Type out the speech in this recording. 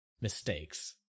mistakes